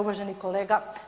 Uvaženi kolega.